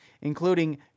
including